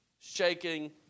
shaking